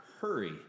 Hurry